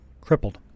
crippled